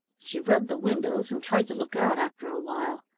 she rubbed the windows and tried to look out after a while.